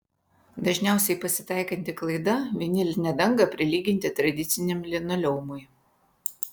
dažniausiai pasitaikanti klaida vinilinę dangą prilyginti tradiciniam linoleumui